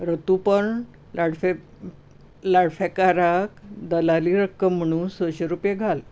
ऋतुपर्ण लाडफेकाराक दलाली रक्कम म्हणून सयशीं रुपया घाल